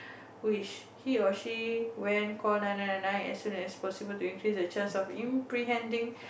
which he or she when call nine nine nine as soon as possible to increase the chance of imprehending